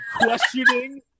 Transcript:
questioning